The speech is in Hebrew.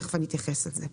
מיד אתייחס לזה.